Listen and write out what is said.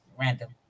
random